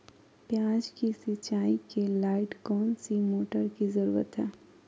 प्याज की सिंचाई के लाइट कौन सी मोटर की जरूरत है?